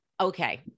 okay